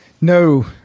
no